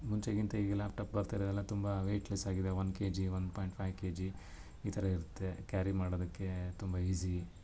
ಮುಂಚೆಗಿಂತ ಈಗ ಲ್ಯಾಪ್ಟಾಪ್ ಬರ್ತಾ ಇದಾವೆಲ್ಲ ತುಂಬ ವೇಯ್ಟ್ಲೆಸ್ ಆಗಿದೆ one KG one point five KG ಈ ಥರ ಇರುತ್ತೆ ಕ್ಯಾರಿ ಮಾಡೋದಕ್ಕೆ ತುಂಬ ಈಜಿ